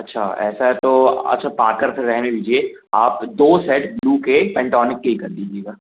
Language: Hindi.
अच्छा ऐसा है तो अच्छा पार्कर फिर रहने दीजिए आप दो सेट ब्लू के पैंटॉनिक के ही कर दीजिएगा